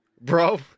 bro